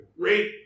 great